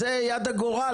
זו יד הגורל.